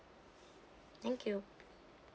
thank you